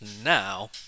now